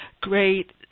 Great